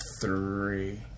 Three